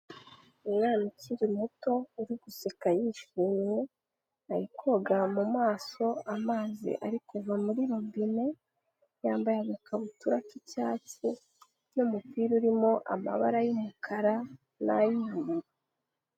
Umwana ukiri muto uri guseka yishimye ari koga mu maso amazi ari kuva muri robine, yambaye agakabutura k'icyatsi n'umupira urimo amabara y'umukara n'ay'umuhondo.